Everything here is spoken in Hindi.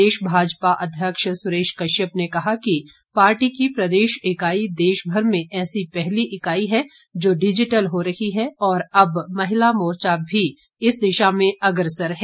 प्रदेश भाजपा अध्यक्ष सुरेश कश्यप ने कहा कि पार्टी की प्रदेश इकाई देश भर में ऐसी पहली इकाई है जो डिजिटल हो रही है और अब महिला मोर्चा भी इस दिशा में अग्रसर है